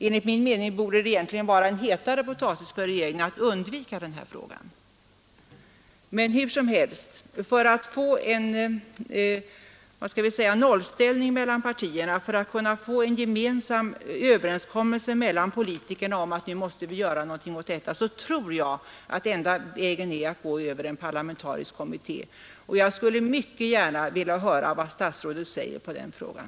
Enligt min mening borde det egentligen vara en hetare potatis för regeringen att undvika den här frågan. Men hur som helst: För att få en nollställning mellan partierna och för att kunna åstadkomma en gemensam överenskommelse mellan politikerna om att vi nu måste göra någonting åt detta problem tror jag att den enda vägen att gå är över en parlamentarisk kommitté. Jag skulle mycket gärna vilja höra vad statsrådet säger i den frågan.